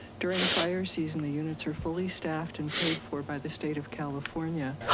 during fire season, the units are fully staffed and paid for by the state of california.